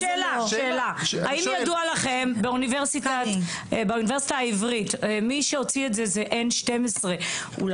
האם ידוע לכם באוניברסיטה העברית, זה פורסם על